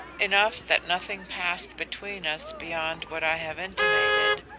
enough that nothing passed between us beyond what i have intimated,